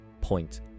point